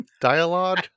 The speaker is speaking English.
Dialogue